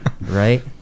Right